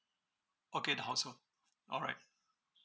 okay the household alright